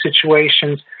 situations